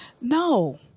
No